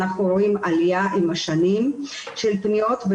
אנחנו רואים עלייה עם השנים של פניות.